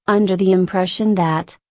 under the impression that,